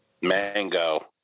mango